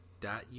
dot